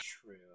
True